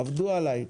עבדו עליי.